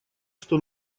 что